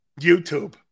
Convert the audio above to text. YouTube